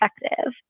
effective